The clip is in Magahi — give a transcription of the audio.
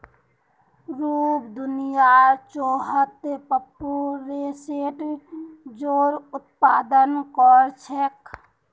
रूस दुनियार चौदह प्परसेंट जौर उत्पादन कर छेक